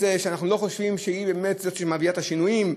ואנחנו לא חושבים שהיא זאת שתביא את השינויים,